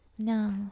No